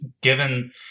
Given